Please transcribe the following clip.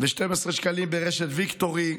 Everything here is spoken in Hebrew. ו-12 שקלים ברשת ויקטורי.